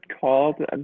called